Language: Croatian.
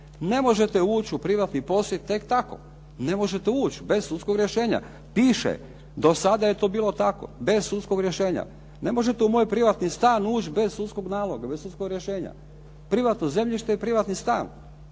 Ne možete ući u privatni posjed tek tako. Ne možete ući bez sudskog rješenja. Piše, do sada je to bilo tako, bez sudskog rješenja. Ne možete u moj privatni stan ući bez sudskog naloga, bez sudskog rješenja. Privatno zemljište je privatni stan.